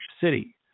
city